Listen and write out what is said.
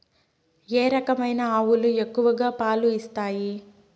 ఏ రకమైన ఆవులు ఎక్కువగా పాలు ఇస్తాయి?